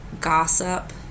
gossip